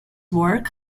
work